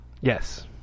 Yes